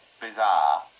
bizarre